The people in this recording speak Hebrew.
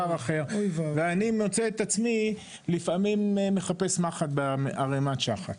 -- ואני מוצא את עצמי לפעמים מחפש מחט בערמת שחת.